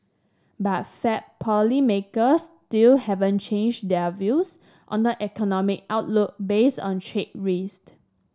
but Fed policymakers still haven't changed their views on the economic outlook based on trade risk